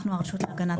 אנחנו הרשות להגנה הצרכן.